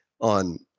on